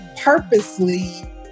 purposely